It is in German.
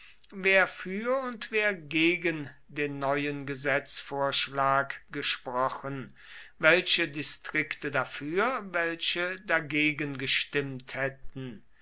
wer für und wer gegen den neuen gesetzvorschlag gesprochen welche distrikte dafür welche dagegen gestimmt hätten